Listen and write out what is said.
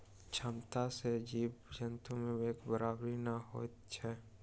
क्षमता सभ जीव जन्तु मे एक बराबरि नै होइत छै